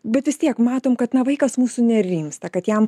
bet vis tiek matom kad na vaikas mūsų nerimsta kad jam